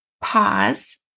pause